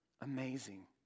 amazing